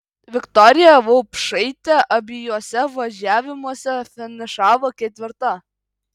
viktorija vaupšaitė abiejuose važiavimuose finišavo ketvirta